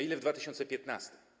Ile w 2015?